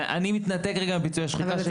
אני מתנתק רגע מפיצוי השחיקה.